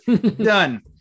Done